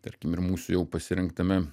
tarkim ir mūsų jau pasirinktame